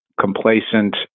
complacent